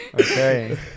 Okay